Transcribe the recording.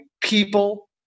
People